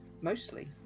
mostly